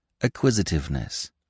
Acquisitiveness